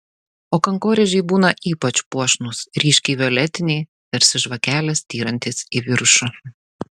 o kankorėžiai būna ypač puošnūs ryškiai violetiniai tarsi žvakelės styrantys į viršų